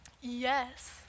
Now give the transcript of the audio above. Yes